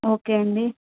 okay అండి